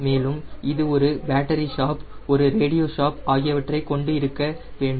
மேலும் இது ஒரு பேட்டரி ஷாப் ஒரு ரேடியோ ஷாப் ஆகியவற்றைக் கொண்டு இருக்க வேண்டும்